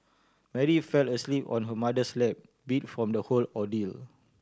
Mary fell asleep on her mother's lap beat from the whole ordeal